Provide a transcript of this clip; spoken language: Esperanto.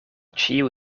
ĉiu